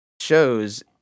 shows